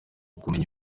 kumenya